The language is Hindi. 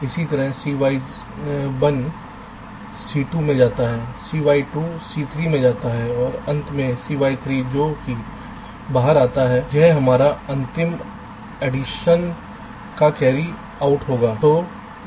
इसी तरह CY1 C2 में जाता है CY2 C3 में जाता है और अंत में CY3 जो कि बाहर आता है यह हमारा अंतिम एडिशन का कैरी आउट होगा